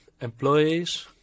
employees